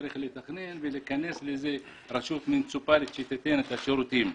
צריך לתכנן ולכנס רשות מוניציפאלית שתיתן את השירותים.